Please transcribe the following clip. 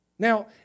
Now